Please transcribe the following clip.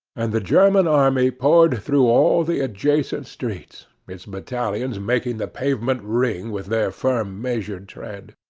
and the german army poured through all the adjacent streets, its battalions making the pavement ring with their firm, measured tread.